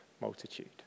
multitude